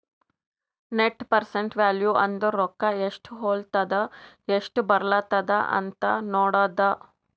net present value ಅಂದುರ್ ರೊಕ್ಕಾ ಎಸ್ಟ್ ಹೊಲತ್ತುದ ಎಸ್ಟ್ ಬರ್ಲತ್ತದ ಅಂತ್ ನೋಡದ್ದ